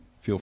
feel